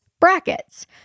brackets